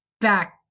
back